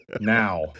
now